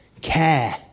care